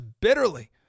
bitterly